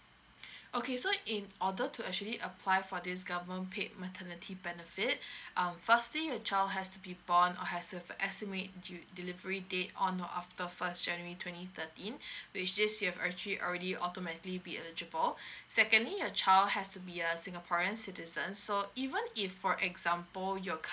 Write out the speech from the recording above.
okay so in order to actually apply for this government paid maternity benefit um first thing your child has to be born or has to have estimate du~ delivery date on or after first january twenty thirteen with this you have actually already automatically be eligible secondly your child has to be a singaporean citizen so even if for example your